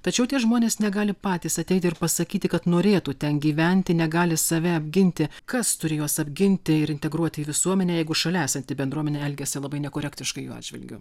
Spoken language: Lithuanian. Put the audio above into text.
tačiau tie žmonės negali patys ateiti ir pasakyti kad norėtų ten gyventi negali save apginti kas turi juos apginti ir integruoti į visuomenę jeigu šalia esanti bendruomenė elgiasi labai nekorektiškai jų atžvilgiu